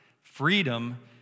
freedom